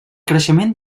creixement